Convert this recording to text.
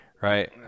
Right